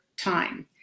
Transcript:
time